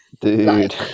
Dude